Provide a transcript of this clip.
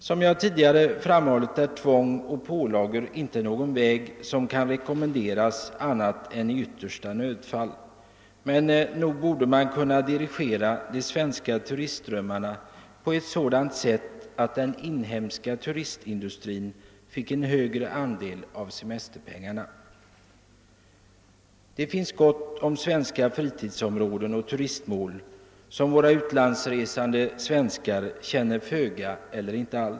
Som jag tidigare framhållit är tvång och pålagor inte någon väg som kan rekommenderas annat än i yttersta nödfall, men nog borde man kunna dirigera de svenska turistströmmarna på ett sådant sätt att den inhemska turistindustrin fick en högre andel av semesterpengarna. Det finns gott om svenska fritidsområden och turistmål som våra utlandsresande svenskar känner föga eller inte alls.